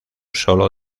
solo